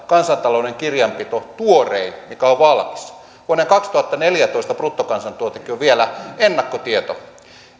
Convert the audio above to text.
kansantalouden kirjanpito tuorein mikä on valmis vuoden kaksituhattaneljätoista bruttokansantuotekin on vielä ennakkotieto